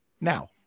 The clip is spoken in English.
Now